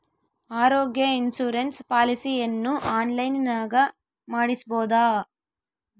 ಆರೋಗ್ಯ ಇನ್ಸುರೆನ್ಸ್ ಪಾಲಿಸಿಯನ್ನು ಆನ್ಲೈನಿನಾಗ ಮಾಡಿಸ್ಬೋದ?